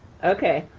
okay,